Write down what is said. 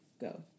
Go